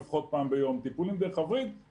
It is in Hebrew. לפחות פעם ביום - זה אשפוז,